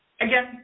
again